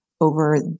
over